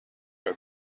are